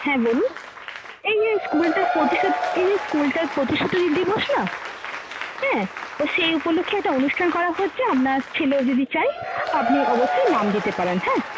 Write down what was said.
হ্যাঁ বলুন এই যে স্কুলটার প্রতিষ্ঠাতা এই যে স্কুলটার প্রতিষ্ঠাতা দিবস না হ্যাঁ তো সেই উপলক্ষ্যে একটা অনুষ্ঠান করা হচ্ছে আপনার ছেলেও যদি চায় আপনি অবশ্যই নাম দিতে পারেন হ্যাঁ